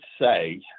say